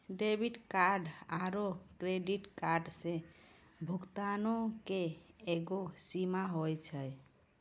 debit card आरू credit कार्डो से भुगतानो के एगो सीमा होय छै